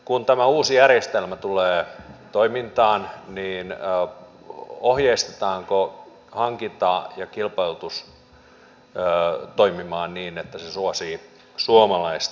kun tämä uusi järjestelmä tulee toimintaan niin ohjeistetaanko hankinta ja kilpailutus toimimaan niin että se suosii suomalaista